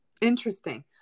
Interesting